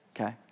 Okay